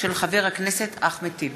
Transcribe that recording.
תודה.